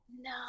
No